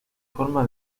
forma